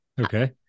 okay